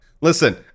listen